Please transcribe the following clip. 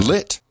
Lit